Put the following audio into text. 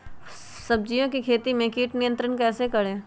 सब्जियों की खेती में कीट नियंत्रण कैसे करें?